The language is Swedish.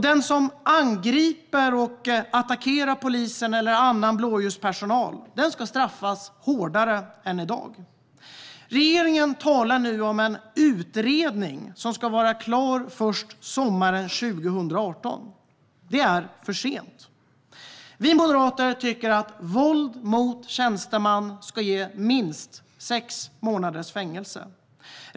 Den som angriper och attackerar polisen eller annan blåljuspersonal ska straffas hårdare än i dag. Regeringen talar nu om en utredning som ska vara klar först sommaren 2018. Det är för sent. Vi moderater tycker att våld mot tjänsteman ska ge minst sex månaders fängelse.